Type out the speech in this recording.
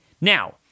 Now